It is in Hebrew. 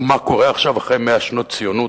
הוא מה קורה עכשיו אחרי 100 שנות ציונות,